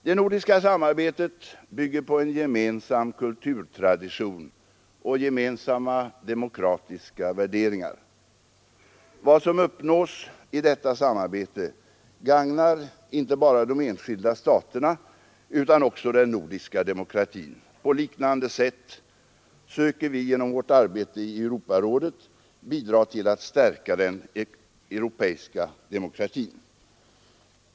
Det nordiska samarbetet bygger på en gemensam kulturtradition och gemensamma demokratiska värderingar. Vad som uppnås i detta samarbete gagnar inte bara de enskilda staterna utan också den nordiska demokratin. På liknande sätt söker vi genom vårt arbete i Europarådet bidra till att stärka den europeiska demokratin.